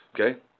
okay